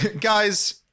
Guys